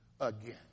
Again